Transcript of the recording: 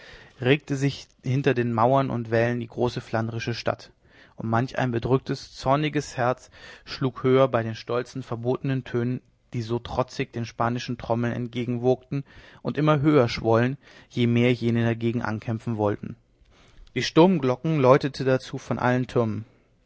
regte sich hinter ihren mauern und wällen die große flandrische stadt und manch ein bedrücktes zorniges herz schlug höher bei den stolzen verbotenen tönen die so trotzig den spanischen trommeln entgegenwogten und immer höher schwollen je mehr jene dagegen ankämpfen wollten die sturmglocken läuteten dazu von allen türmen